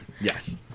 Yes